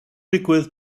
digwydd